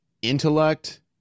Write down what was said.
Intellect